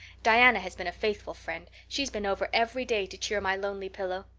diana has been a faithful friend. she's been over every day to cheer my lonely pillow.